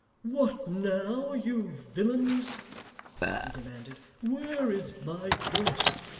what now, you villains he demanded. where is my daughter